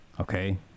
okay